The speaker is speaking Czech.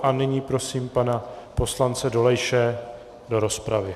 A nyní prosím pana poslance Dolejše do rozpravy.